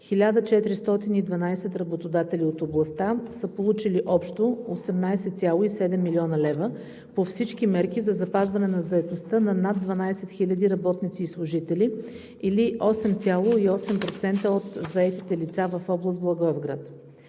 1412 работодатели от областта са получили общо 18,7 млн. лв. по всички мерки за запазване на заетостта на над 12 хиляди работници и служители или 8,8% от заетите лица в област Благоевград.